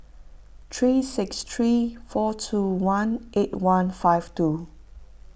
three six three four two one eight one five two